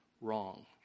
wrong